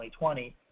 2020